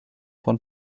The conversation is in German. von